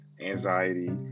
Anxiety